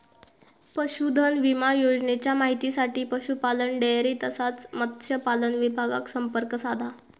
पशुधन विमा योजनेच्या माहितीसाठी पशुपालन, डेअरी तसाच मत्स्यपालन विभागाक संपर्क साधा